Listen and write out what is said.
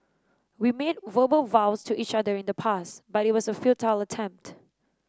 we made verbal vows to each other in the past but it was a futile attempt